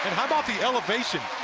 how about the elevation?